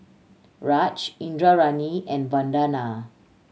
Raj Indranee and Vandana